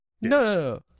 no